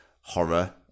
horror